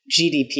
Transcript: GDP